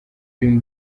dream